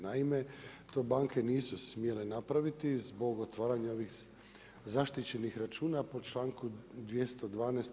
Naime, to banke nisu smjele napraviti zbog otvaranja ovih zaštićenih računa po članku 212.